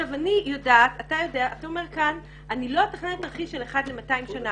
אתה אומר כאן שאתה לא תתכנן תרחיש של אחד ל-200 שנים.